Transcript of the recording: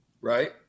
right